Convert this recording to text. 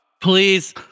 Please